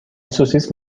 سوسیس